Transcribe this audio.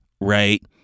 right